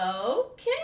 okay